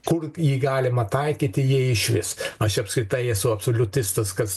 kur jį galima taikyti jei išvis aš apskritai esu absoliutistas kas